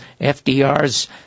FDRs